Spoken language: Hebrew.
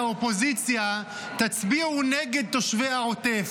לאופוזיציה: תצביעו נגד תושבי העוטף,